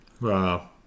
Wow